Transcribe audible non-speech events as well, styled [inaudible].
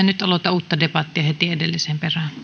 [unintelligible] nyt aloita uutta debattia heti edellisen perään